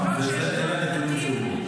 למרות שישנם בתים של לפני,